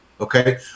Okay